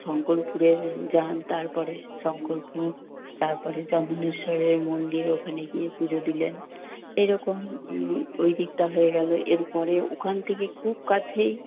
শংকরপুরে যান তারপরে শংকরপুর তারপরে চন্দনেশ্বরের মন্দির ওখানে গিয়ে পুজো দিলেন এরকম ওই দিকটা হয়ে গেল এরপরে ওখান থেকে খুব কাছেই